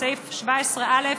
בסעיף 17(א),